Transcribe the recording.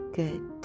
good